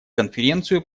конференцию